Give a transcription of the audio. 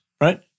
right